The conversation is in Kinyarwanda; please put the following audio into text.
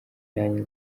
nanjye